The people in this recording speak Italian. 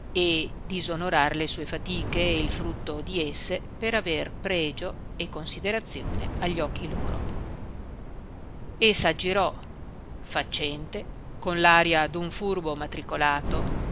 e disonorar le sue fatiche e il frutto di esse per aver pregio e considerazione agli occhi loro e s'aggirò faccente con l'aria d'un furbo matricolato